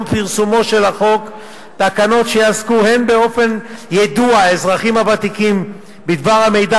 פרסומו של החוק תקנות שיעסקו הן באופן יידוע האזרחים הוותיקים בדבר המידע